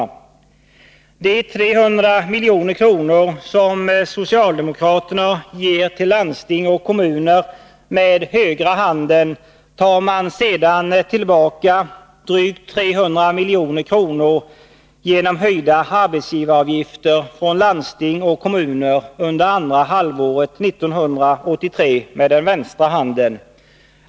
Av de 300 milj.kr. som socialdemokraterna ger till landsting och kommuner med den högra handen, tar man sedan tillbaka 300 milj.kr. genom höjda arbetsgivaravgifter från landsting och kommuner under andra halvåret 1983 med den vänstra handen.